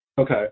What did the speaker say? Okay